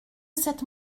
cette